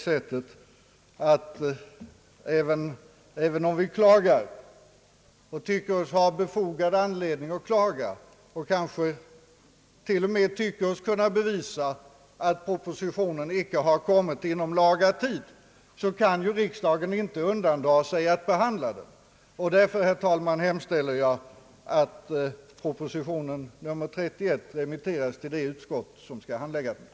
Men, herr talman, även om vi klagar: och tycker oss ha befogad anledning: att klaga och kanske till och med tycker oss kunna bevisa att propositionen: inte kommit inom laga tid, så kan ju riksdagen inte undandra sig att behandla den. Därför, herr talman, hem-. ställer jag att propositionen nr 31 remitteras till det utskott som skall hand-. lägga den.